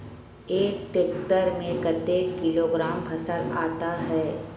एक टेक्टर में कतेक किलोग्राम फसल आता है?